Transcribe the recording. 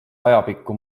ajapikku